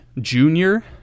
junior